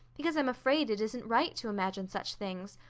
because i'm afraid it isn't right to imagine such things.